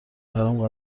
برام